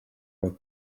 known